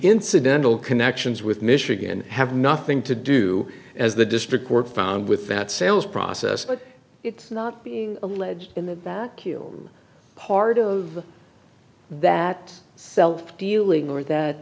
incidental connections with michigan have nothing to do as the district court found with that sales process but it's not being alleged in the back part of that self dealing or that